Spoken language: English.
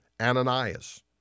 Ananias